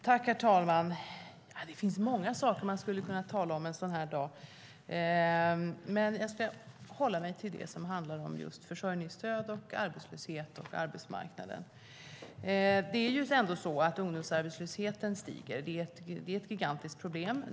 Herr talman! Det finns många saker som man skulle kunna tala om en sådan här dag. Men jag ska hålla mig till det som handlar om just försörjningsstöd, arbetslöshet och arbetsmarknad. Ungdomsarbetslösheten stiger. Det är ett gigantiskt problem.